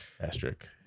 Asterisk